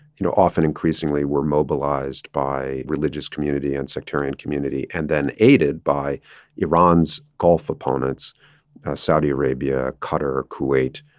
you know, often increasingly were mobilized by religious community and sectarian community and then aided by iran's gulf opponents saudi arabia, qatar, kuwait,